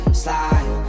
slide